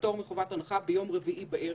זאת הצעת חוק שקיבלה פטור מחובת הנחה ביום רביעי בערב.